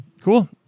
Cool